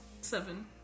Seven